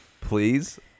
please